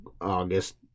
August